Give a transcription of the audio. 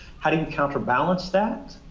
how do you counterbalance that?